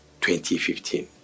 2015